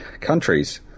countries